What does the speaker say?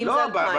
אם זה 2,000,